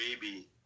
baby